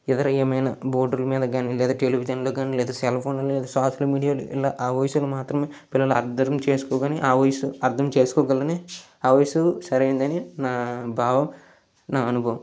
ఇతర ఏమైనా బోర్దులు మీద కానీ లేదా టెలివిజన్లో కానీ లేదా సెల్ఫోన్ల సోషల్ మీడియాలో ఇలా ఆ వయసులో మాత్రమే పిల్లలు అర్థం చేసుకొని ఆ వయసు అర్థం చేసుకోగలరని ఆ వయసు సరైనదని నా భావం నా అనుభవం